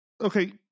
Okay